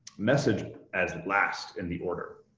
message as last in the order.